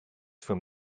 from